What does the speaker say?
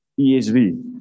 ESV